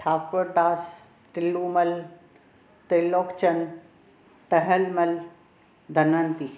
Thakur Das Tilumal Tilok Chand Tahalmal Dhanwanti